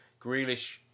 Grealish